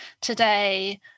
Today